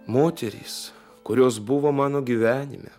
moterys kurios buvo mano gyvenime